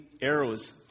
arrows